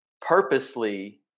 purposely